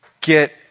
get